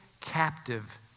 captive